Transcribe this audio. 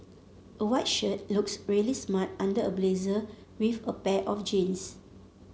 a white shirt looks really smart under a blazer with a pair of jeans